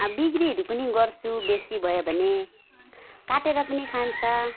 बिक्रीहरू पनि गर्छु बेसी भयो भने काटेर पनि खान्छ